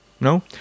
No